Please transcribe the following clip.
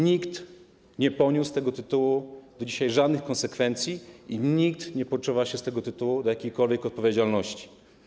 Nikt nie poniósł z tego tytułu do dzisiaj żadnych konsekwencji i nikt nie poczuwa się z tego tytułu do jakiejkolwiek odpowiedzialności.